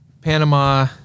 Panama